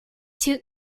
tout